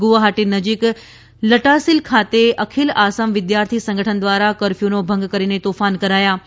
ગુવાહાટી નજીક લટાસીલ ખાતે અખિલ આસામ વિદ્યાર્થી સંગઠન દ્વારા કરફ્યુનો ભંગ કરીને તોફાન કરાયા હતાં